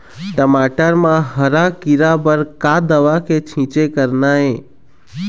टमाटर म हरा किरा बर का दवा के छींचे करना ये?